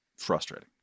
Frustrating